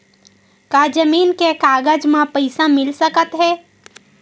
का जमीन के कागज म पईसा मिल सकत हे?